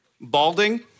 Balding